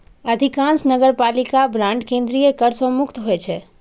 अधिकांश नगरपालिका बांड केंद्रीय कर सं मुक्त होइ छै